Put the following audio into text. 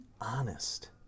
honest